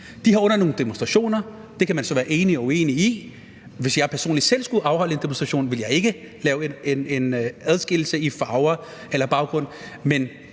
at de under nogle demonstrationer – det kan man så være enig eller uenig i, og hvis jeg personligt selv skulle afholde en demonstration, ville jeg ikke lave en adskillelse i farver eller baggrund